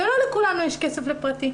ולא לכולנו יש כסף לפרטי.